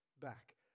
back